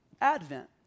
Advent